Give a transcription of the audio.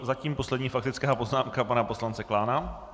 Zatím poslední faktická poznámka pana poslance Klána.